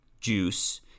juice